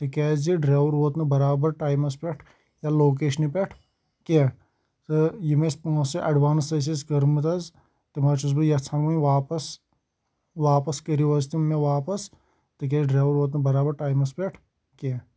تِکیٛازِ ڈرٛایور ووت نہٕ برابر ٹایمَس پٮ۪ٹھ یا لوکیشنہِ پٮ۪ٹھ کینٛہہ تہٕ یِم اَسہِ پونٛسہٕ اٮ۪ڈوانٕس ٲسٕس کٔرمٕژ حظ تِم حظ چھُس بہٕ یژھان وۄنۍ واپَس واپَس کٔرِو حظ تِم مےٚ واپَس تِکیٛازِ ڈرٛایوَر ووت نہٕ برابر ٹایمَس پٮ۪ٹھ کینٛہہ